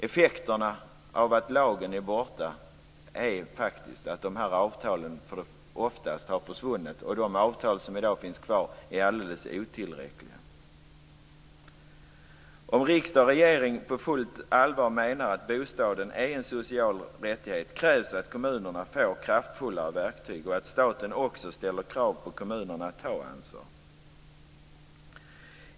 Effekterna av att lagen är borta är att de flesta avtal har försvunnit, och de avtal som i dag finns kvar är alldeles otillräckliga. Om riksdag och regering på fullt allvar menar att bostaden är en social rättighet, krävs det att kommunerna får kraftfullare verktyg och att staten också ställer krav på kommunerna att ta ansvar.